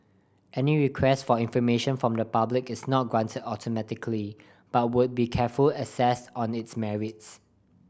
any request for information from the public is not granted automatically but would be careful assessed on its merits